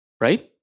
right